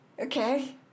Okay